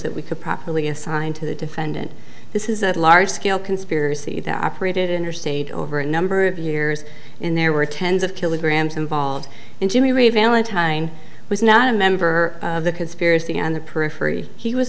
that we could properly assigned to the defendant this is a large scale conspiracy that operated interstate over a number of years in there were tens of kilograms and bald jimmy reed valentine was not a member of the conspiracy on the periphery he was